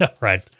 right